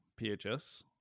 PHS